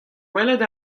welet